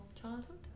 childhood